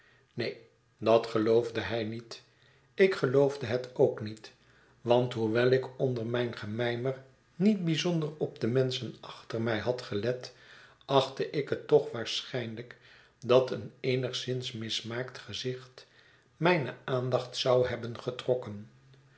neen dat geloofde hij niet ik geloofde het ook niet want hoewel ik onder mijn gemijmer niet bijzonder op de menschen achter mij had gelet achtte ik het toch waarschijnlijk dat een eenigszins mismaakt gezicht mijne aandacht zou hebben getrokken